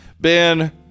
Ben